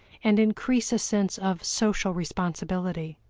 and increase a sense of social responsibility.